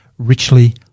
richly